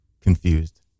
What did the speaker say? confused